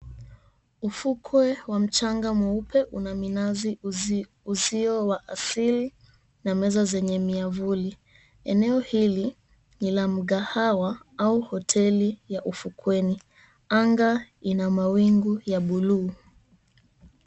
Ufukwe wa mchanga mweupe una minazi, uzio wa asili na meza zenye miavuli. Eneo hili ni la mkahawa au hoteli ya ufukweni. Anga ina mawingu ya buluu.